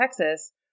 Texas